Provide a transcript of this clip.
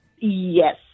Yes